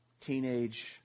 teenage